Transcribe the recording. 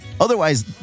Otherwise